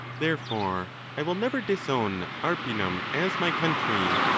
therefore i will never disown arpinum as my country,